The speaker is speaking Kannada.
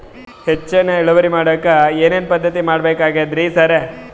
ಹೆಚ್ಚಿನ್ ಇಳುವರಿ ಮಾಡೋಕ್ ಏನ್ ಏನ್ ಪದ್ಧತಿ ಮಾಡಬೇಕಾಗ್ತದ್ರಿ ಸರ್?